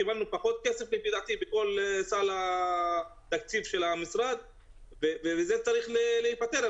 קיבלנו פחות כסף לפי דעתי בכול סל התקציב של המשרד ומזה צריך להיפטר.